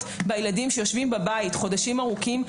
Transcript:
בילדים שיושבים חודשים ארוכים בבית.